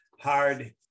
hard